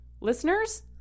listeners